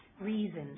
Reason